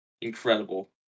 Incredible